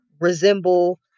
resemble